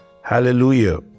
Hallelujah